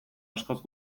askoz